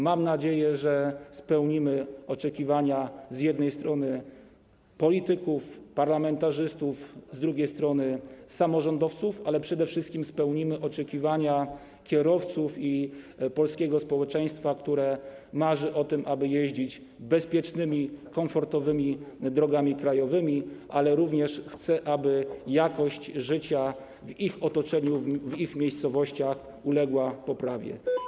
Mam nadzieję, że spełnimy oczekiwania z jednej strony polityków, parlamentarzystów, z drugiej strony samorządowców, ale przede wszystkim spełnimy oczekiwania kierowców i polskiego społeczeństwa, które marzy o tym, aby jeździć bezpiecznymi, komfortowymi drogami krajowymi, ale również chce, aby jakość życia w ich otoczeniu, w ich miejscowościach uległa poprawie.